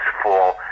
fall